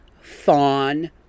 fawn